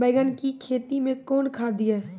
बैंगन की खेती मैं कौन खाद दिए?